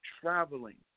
traveling